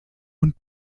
und